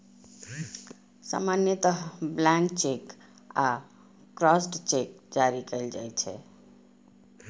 सामान्यतः blank cheque आ crossed cheque जारी कैल जाइ छै